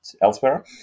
elsewhere